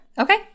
Okay